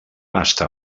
està